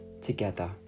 together